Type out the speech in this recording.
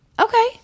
Okay